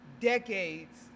decades